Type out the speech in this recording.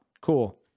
Cool